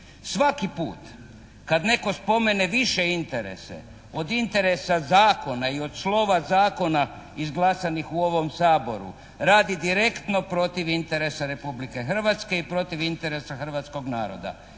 Svaki put kad netko spomene više interese od interesa zakona i od slova zakona izglasanih u ovom Saboru, radi direktno protiv interesa Republike Hrvatske i protiv interesa hrvatskog naroda.